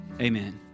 amen